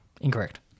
Incorrect